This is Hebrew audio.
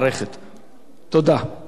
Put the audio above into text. תודה רבה לך, חבר הכנסת יצחק וקנין.